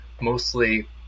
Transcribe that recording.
mostly